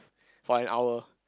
for an hour